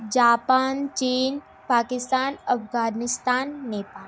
Japan चीन पाकिस्तान अफ़ग़ानिस्तान नेपाल